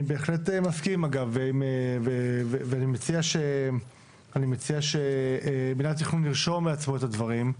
אני בהחלט מסכים ואני מציע שמינהל התכנון ירשום לעצמו את הדברים.